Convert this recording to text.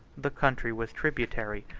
the country was tributary,